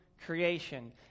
creation